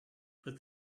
but